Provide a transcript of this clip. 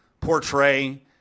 portray